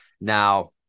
Now